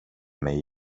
mig